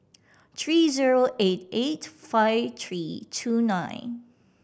three zero eight eight five three two nine